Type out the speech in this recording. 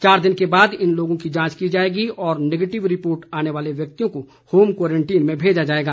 चार दिन के बाद इन लोगों की जांच की जाएगी और नेगेटिव रिपोर्ट आने वाले व्यक्तियों को होम क्वारंटीन में भेजा जाएगा